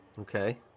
okay